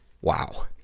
Wow